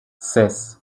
ses